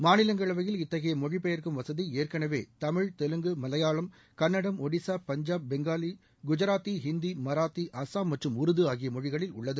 மாநிலங்களவையில் இத்தகைய மொழிபெயர்க்கும் வசதி ஏற்கெனவே தமிழ் தெலுங்கு மலையாளம் கன்னடம் ஷடிசா பஞ்சாப் பெங்காளி குஜராத்தி ஹிந்தி மராத்தி அசாம் மற்றும் உருது ஆகிய மொழிகளில் உள்ளது